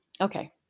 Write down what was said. Okay